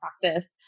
practice